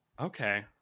Okay